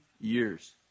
years